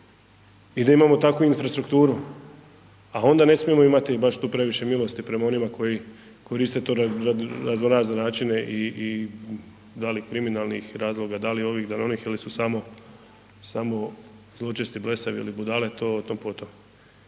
i da imamo takvu infrastrukturu, a onda ne smijemo imati baš tu previše milosti prema onima koji koriste to na razno razne načine i, i, da li kriminalnih razloga, da li ovih, da li onih ili su samo, samo zločasti, blesavi ili budale, otom potom,